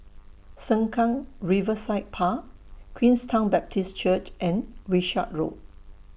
Sengkang Riverside Park Queenstown Baptist Church and Wishart Road